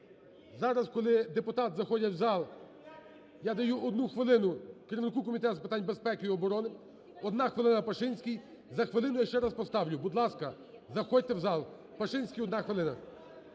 Зараз, коли депутати заходять в зал, я даю одну хвилину керівнику Комітету з питань безпеки і оборони. Одна хвилина, Пашинський, за хвилину я ще раз поставлю. Будь ласка, заходьте в зал. Пашинський, одна хвилина.